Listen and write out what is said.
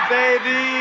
baby